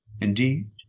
Indeed